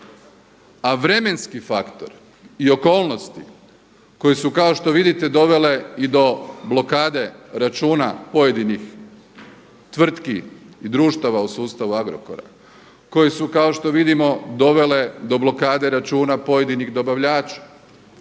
a vremenski faktor i okolnosti koje su kao što vidite dovele i do blokade računa pojedinih tvrtki i društava u sustavu Agrokora, koje su kao što vidimo dovele do blokade računa pojedinih dobavljača,